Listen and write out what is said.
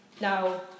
Now